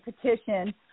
petition